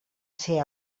ser